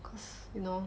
cause you know